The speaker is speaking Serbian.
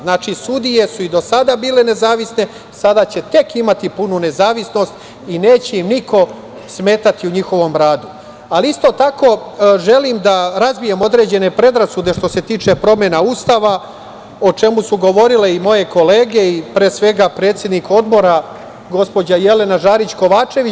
Znači, sudije su i do sada bile nezavisne, sada će tek imati punu nezavisnost i neće im niko smetati u njihovom radu, ali isto tako želim da razbijem određene predrasude što se tiče promena Ustava o čemu su govorile i moje kolege i pre svega, predsednik Odbora, gospođa Jelena Žarić Kovačević.